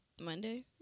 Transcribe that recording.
Monday